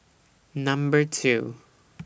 Number two